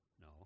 No